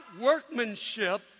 workmanship